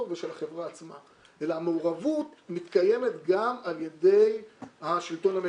על אלה ועוד אנחנו נדון היום בדיון שלנו.